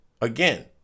again